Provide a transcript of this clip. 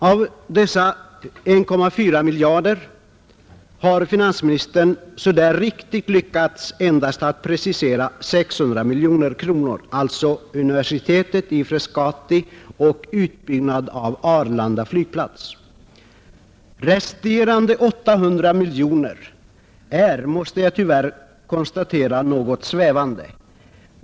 Av dessa 1,4 miljarder har finansministern riktigt lyckats precisera endast 600 miljoner kronor — universitetet i Frescati och utbyggnad av Arlanda flygplats. Användningen av resterande 800 miljoner är, måste jag tyvärr konstatera, något svävande.